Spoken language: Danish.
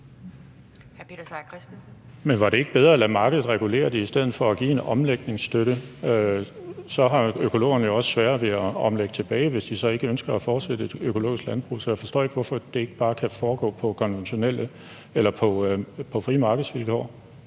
Men var det ikke bedre at lade markedet regulere det i stedet for at give en omlægningsstøtte? Så har økologerne jo også sværere ved at omlægge tilbage, hvis de ikke ønsker at fortsætte et økologisk landbrug. Så jeg forstår ikke, hvorfor det ikke bare kan foregå på frie markedsvilkår.